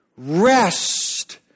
Rest